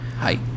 Hi